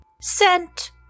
Sent